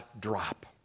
drop